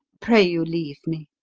pray you leave me.